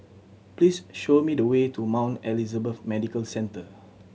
please show me the way to Mount Elizabeth Medical Centre